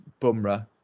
Bumrah